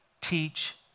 teach